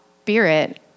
spirit